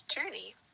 journey